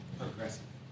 progressive